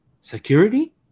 security